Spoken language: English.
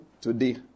today